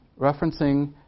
referencing